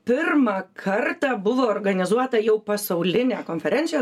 pirmą kartą buvo organizuota jau pasaulinė konferencija